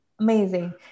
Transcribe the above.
Amazing